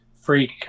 freak